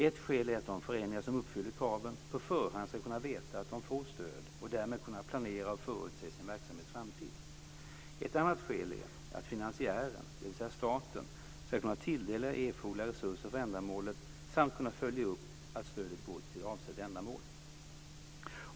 Ett skäl är att de föreningar som uppfyller kraven på förhand ska kunna veta att de får stöd och därmed kunna planera och förutse sin verksamhets framtid. Ett annat skäl är att finansiären, dvs. staten, ska kunna tilldela erforderliga resurser för ändamålet samt kunna följa upp att stödet går till avsett ändamål.